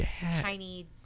tiny